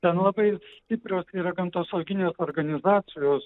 ten labai stiprios yra gamtosauginės organizacijos